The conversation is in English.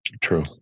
True